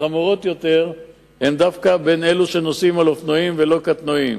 החמורות יותר הן דווקא אצל אלה שנוסעים על אופנועים ולא על קטנועים.